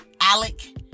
ALEC